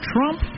Trump